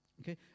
Okay